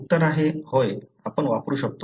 उत्तर आहे होय आपण करू शकतो